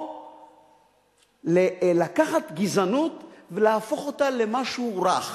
או לקחת גזענות ולהפוך אותה למשהו רך,